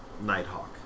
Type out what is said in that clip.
Nighthawk